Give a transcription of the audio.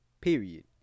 Period